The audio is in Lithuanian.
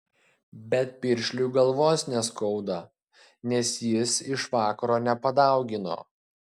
bet piršliui galvos neskauda nes jis iš vakaro nepadaugino